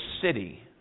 city